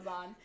on